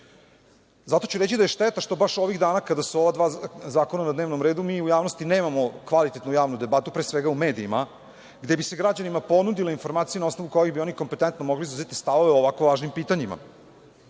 Zato ću reći da je šteta što baš ovih dana kada su ova dva zakona na dnevnom redu mi u javnosti nemamo kvalitetnu javnu debatu, pre svega u medijima, gde bi se građanima ponudile informacije na osnovu kojih bi oni kompetentno mogli zauzeti stavove o ovako važnim pitanjima.